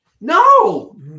No